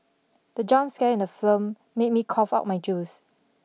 the jump scare in the film made me cough out my juice